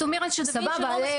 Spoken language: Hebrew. את אומרת שדה וינצ'י לא מספיק?